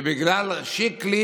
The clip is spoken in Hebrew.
שבגלל שיקלי